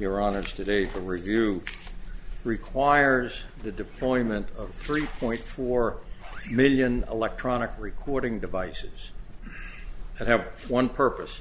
your honor today the review requires the deployment of three point four million electronic recording devices that have one purpose